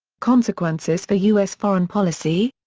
consequences for u s. foreign policy?